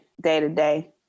day-to-day